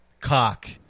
Cock